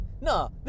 No